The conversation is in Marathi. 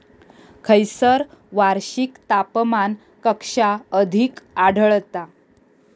खैयसर वार्षिक तापमान कक्षा अधिक आढळता?